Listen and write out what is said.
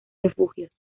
refugios